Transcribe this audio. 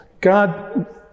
God